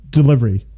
delivery